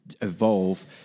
evolve